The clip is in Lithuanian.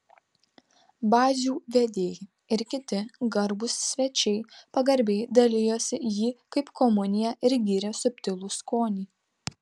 bazių vedėjai ir kiti garbūs svečiai pagarbiai dalijosi jį kaip komuniją ir gyrė subtilų skonį